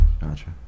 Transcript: Gotcha